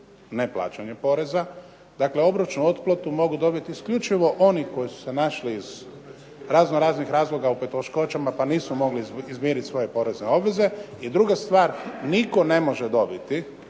neplaćanje poreza. Dakle, obročnu otplatu mogu dobiti isključivo oni koji su se našli iz razno raznih razloga u poteškoćama pa nisu mogli izmjerit svoje porezne obveze i druga stvar nitko ne može dobiti